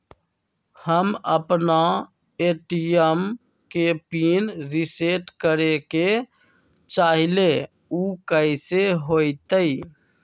हम अपना ए.टी.एम के पिन रिसेट करे के चाहईले उ कईसे होतई?